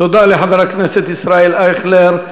תודה לחבר הכנסת ישראל אייכלר.